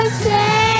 say